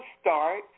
start